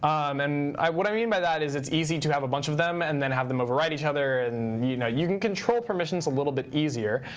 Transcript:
um and what i mean by that is it's easy to have a bunch of them and then have them overwrite each other and you know you can control permissions a little bit easier.